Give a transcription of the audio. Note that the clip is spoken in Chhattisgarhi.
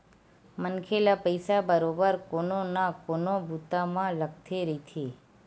मनखे ल पइसा बरोबर कोनो न कोनो बूता म लगथे रहिथे